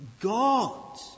God